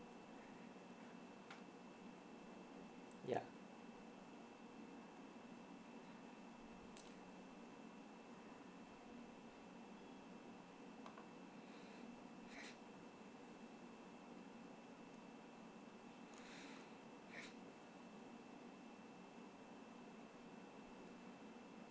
yup